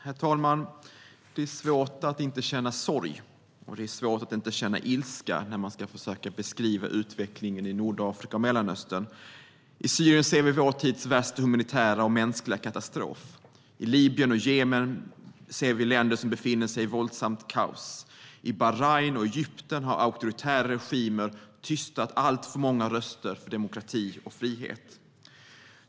Herr talman! Det är svårt att inte känna sorg och ilska när man ska försöka beskriva utvecklingen i Nordafrika och Mellanöstern. I Syrien ser vi vår tids värsta humanitära och mänskliga katastrof. Libyen och Jemen är länder som befinner sig i våldsamt kaos. I Bahrain och Egypten har auktoritära regimer tystat alltför många röster för demokrati och frihet.